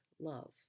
love